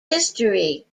history